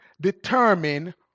determine